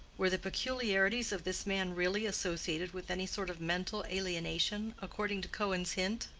were the peculiarities of this man really associated with any sort of mental alienation, according to cohen's hint?